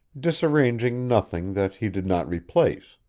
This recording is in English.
disarranging nothing that he did not replace.